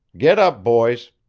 get up, boys.